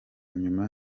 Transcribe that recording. nyuma